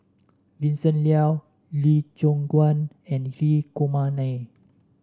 Vincent Leow Lee Choon Guan and Hri Kumar Nair